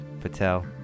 Patel